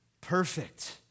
Perfect